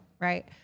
right